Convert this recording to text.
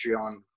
on